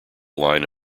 line